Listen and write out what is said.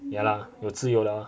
ya lah 有自由 liao ah